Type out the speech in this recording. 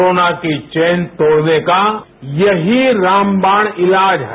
corona की chain तोड़ने का यही रामवाण इलाज है